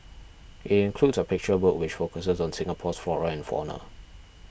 it includes a picture book which focuses on Singapore's flora and fauna